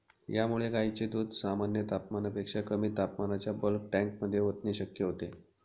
यामुळे गायींचे दूध सामान्य तापमानापेक्षा कमी तापमानाच्या बल्क टँकमध्ये ओतणे शक्य होते